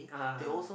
(uh huh)